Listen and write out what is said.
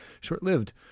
short-lived